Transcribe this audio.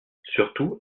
surtout